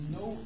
no